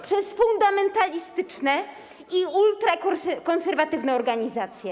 przez fundamentalistyczne i ultrakonserwatywne organizacje.